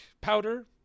powder